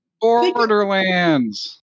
Borderlands